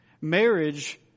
marriage